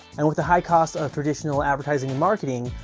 and with the high cost of traditional advertising and marketing,